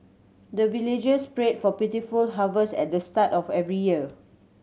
the villagers pray for plentiful harvest at the start of every year